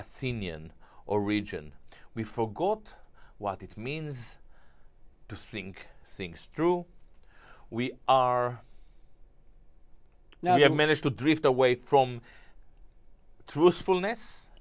athenian or region we forgot what it means to sink things through we are now you have managed to drift away from truthfulness